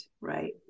right